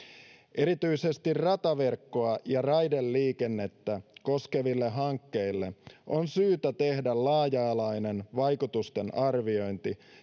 erityisesti rataverkkoa ja raideliikennettä koskeville hankkeille on syytä tehdä laaja alainen vaikutusten arviointi